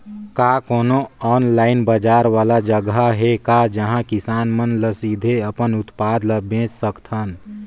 का कोनो ऑनलाइन बाजार वाला जगह हे का जहां किसान मन ल सीधे अपन उत्पाद ल बेच सकथन?